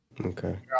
okay